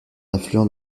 affluent